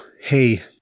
hey